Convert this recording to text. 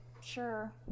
sure